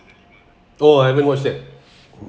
oh I haven't watch that